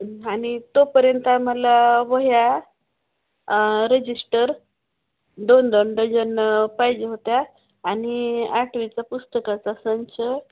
आणि तोपर्यंत आम्हाला वह्या रजिस्टर दोन दोन डजन पाहिजे होत्या आणि आठवीच्या पुस्तकाचा संच